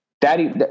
Daddy